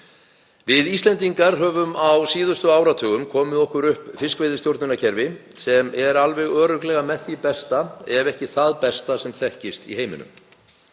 Við Íslendingar höfum á síðustu áratugum komið okkur upp fiskveiðistjórnarkerfi sem er alveg örugglega með því besta, ef ekki það besta, sem þekkist í heiminum.